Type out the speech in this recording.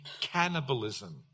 cannibalism